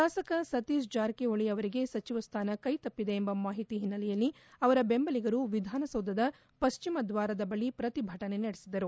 ಶಾಸಕ ಸತೀಶ್ ಜಾರಕಿಹೊಳಿ ಅವರಿಗೆ ಸಚಿವ ಸ್ಥಾನ ಕೈತಪ್ಪಿದೆ ಎಂಬ ಮಾಹಿತಿ ಹಿನ್ನೆಲೆಯಲ್ಲಿ ಅವರ ದೆಂಬಲಿಗರು ವಿಧಾನಸೌದದ ಪಶ್ಚಿಮ ದ್ವಾರದ ಬಳಿ ಪ್ರತಿಭಟನೆ ನಡೆಸಿದರು